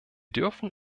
dürfen